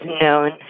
known